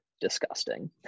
disgusting